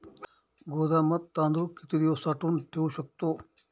गोदामात तांदूळ किती दिवस साठवून ठेवू शकतो?